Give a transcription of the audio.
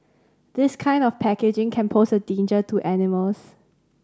this kind of packaging can pose a danger to animals